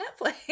Netflix